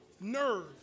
nerve